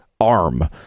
arm